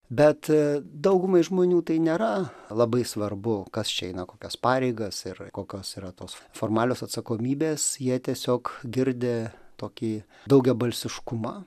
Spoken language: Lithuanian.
bet daugumai žmonių tai nėra labai svarbu kas čia eina kokias pareigas ir kokios yra tos formalios atsakomybės jie tiesiog girdi tokį daugiabalsiškumą